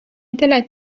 دلت